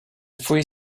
free